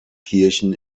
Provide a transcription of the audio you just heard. kirchen